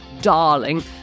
darling